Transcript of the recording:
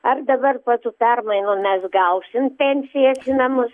ar dabar po tų permainų mes gausim pensijas į namus